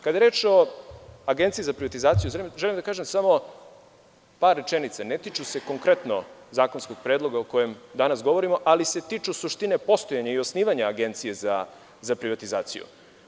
Kada je reč o Agenciji za privatizaciju, želim da kažem samo par rečenica koje se ne tiču konkretno zakonskog predloga o kojem danas govorimo, ali se tiču suštine postojanja i osnivanja Agencije za privatizaciju.